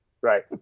right